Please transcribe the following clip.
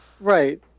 Right